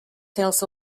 tales